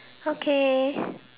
okay